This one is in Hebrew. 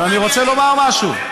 אני רוצה לומר משהו.